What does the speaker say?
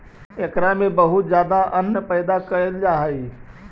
एकरा में बहुत ज्यादा अन्न पैदा कैल जा हइ